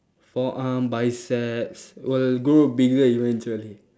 forearm biceps will grow bigger eventually